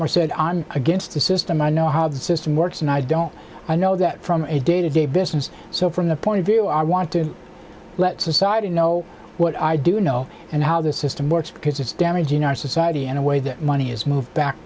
more said i'm against the system i know how the system works and i don't i know that from a day to day business so from the point of view i want to let society know what i do know and how the system works because it's damaging our society in a way that money is moved back